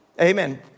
Amen